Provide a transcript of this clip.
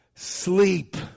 Sleep